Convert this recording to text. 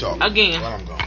again